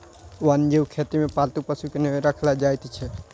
वन्य जीव खेती मे पालतू पशु के नै राखल जाइत छै